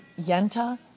Yenta